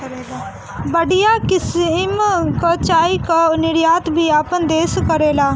बढ़िया किसिम कअ चाय कअ निर्यात भी आपन देस करेला